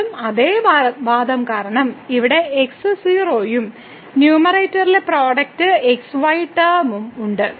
വീണ്ടും അതേ വാദം കാരണം ഇവിടെ x 0 ഉം ന്യൂമറേറ്ററിലെ പ്രോഡക്റ്റ് x y ടേമും ഉണ്ട്